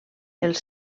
els